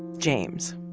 james.